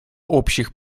общих